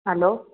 hello